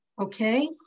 okay